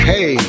Hey